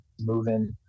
moving